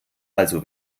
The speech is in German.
also